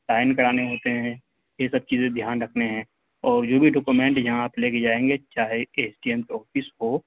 sign کرانے ہوتے ہیں یہ سب چیزیں دھیان رکھنے ہیں اور جو بھی ڈاکیومنٹ جہاں آپ لے کے جائیں گے چاہے ایس ڈی ایم آفس ہو